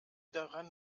daran